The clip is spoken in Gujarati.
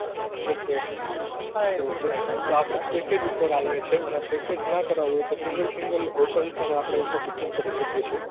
ઓકે ઓકે ઓકે ઓકે તો આપણે પેકેજ ઉપર હાલે છે અને પેકેજ ના કરાવું હોય તો સિંગલ સિંગલ હોટલસ અને આપણે બૂકિંગ કરી શકીએ છે